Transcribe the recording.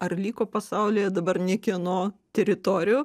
ar liko pasaulyje dabar niekieno teritorijų